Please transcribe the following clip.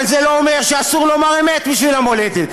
אבל זה לא אומר שאסור לומר אמת בשביל המולדת.